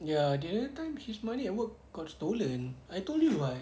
ya the other time his money at work got stolen I told you [what]